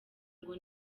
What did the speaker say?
ngo